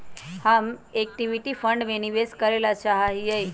हम equity fund में निवेश करे ला चाहा हीयी